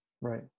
Right